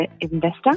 Investor